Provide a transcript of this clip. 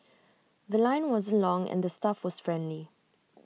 The Line wasn't long and the staff was friendly